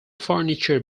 furniture